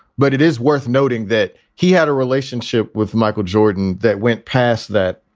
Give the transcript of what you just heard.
but it is worth noting that he had a relationship with michael jordan that went past that,